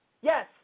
Yes